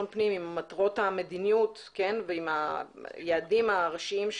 פנים עם מטרות המדיניות והיעדים הראשיים,